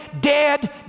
dead